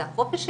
זה החופש שלי,